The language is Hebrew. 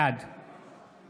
בעד